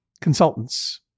consultants